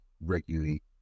regularly